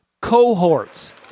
Cohorts